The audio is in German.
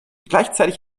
gleichzeitig